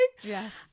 Yes